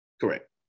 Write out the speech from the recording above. Correct